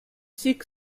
sick